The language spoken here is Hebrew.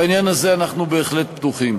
בעניין הזה אנחנו בהחלט פתוחים.